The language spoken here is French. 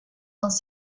dans